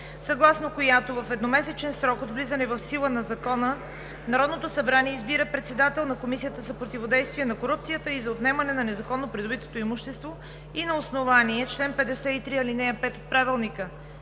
съгласно която в едномесечен срок от влизане в сила на Закона Народното събрание избира председател на Комисията за противодействие на корупцията и за отнемане на незаконно придобитото имущество. На основание чл. 53, ал. 5 от Правилника